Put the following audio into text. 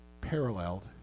paralleled